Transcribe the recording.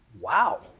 Wow